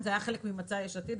בעניין, זה היה חלק ממצע יש עתיד.